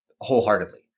wholeheartedly